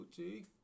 Gucci